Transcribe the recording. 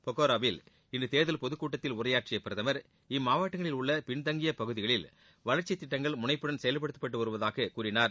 பொக்காரோவில் இன்று தேர்தல் பொதுக்கூட்டத்தில் உரையாற்றிய பிரதமர் இம்மாவட்டங்களில் உள்ள பின்தங்கிய பகுதிகளில் வளர்ச்சித் திட்டங்கள் முளைப்புடன் செயல்படுத்தப்பட்டு வருவதாக கூறினார்